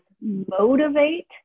motivate